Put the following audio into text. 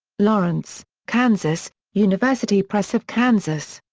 lawrence, kansas university press of kansas.